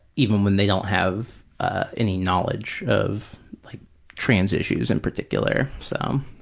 even when they don't have ah any knowledge of like trans issues in particular. so um